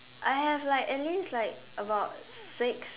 I have like at least like about six